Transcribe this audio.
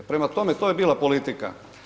Prema tome, to je bila politika.